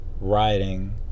writing